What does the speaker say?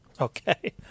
Okay